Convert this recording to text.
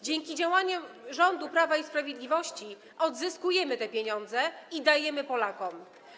Dzięki działaniom rządu Prawa i Sprawiedliwości odzyskujemy te pieniądze i dajemy Polakom.